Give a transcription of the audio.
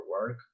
work